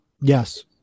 Yes